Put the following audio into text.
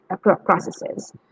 processes